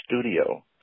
studio